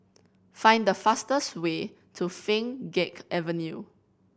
find the fastest way to Pheng Geck Avenue